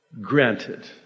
granted